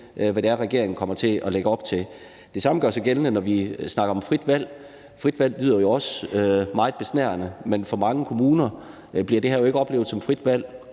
hvad det er, regeringen kommer til at lægge op til. Det samme gør sig gældende, når vi snakker om frit valg. Frit valg lyder jo også meget besnærende, men for mange kommuner bliver det her jo ikke oplevet som et frit valg.